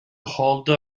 old